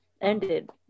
ended